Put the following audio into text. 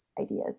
ideas